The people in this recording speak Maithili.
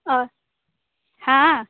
आओर हँ